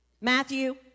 Matthew